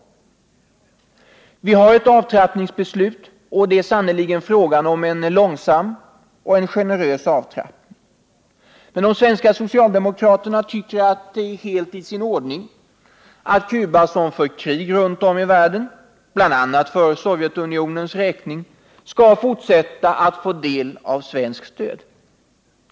Vi har ett avtrappningsbeslut, och det är sannerligen frågan om en långsam och generös avtrappning. Men de svenska socialdemokraterna tycker att det är helt i sin ordning att Nr 135 Cuba, som för krig runt om i världen, bl.a. för Sovjetunionens räkning, skall Onsdagen den fortsätta att få del av svenskt stöd.